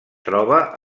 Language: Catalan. troba